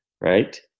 right